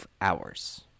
hours